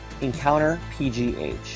EncounterPGH